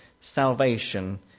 salvation